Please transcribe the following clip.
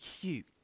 cute